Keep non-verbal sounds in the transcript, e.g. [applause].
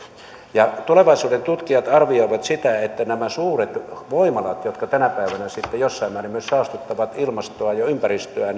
ja tulevaisuudentutkijat arvioivat että nämä suuret voimalat jotka tänä päivänä jossain määrin myös saastuttavat ilmastoa ja ympäristöä [unintelligible]